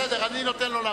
בסדר, אני נותן לו להמשיך.